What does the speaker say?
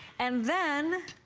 and then,